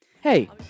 Hey